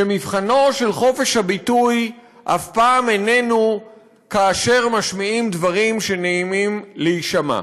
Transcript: שמבחנו של חופש הביטוי אף פעם איננו כאשר משמיעים דברים שנעימים להישמע,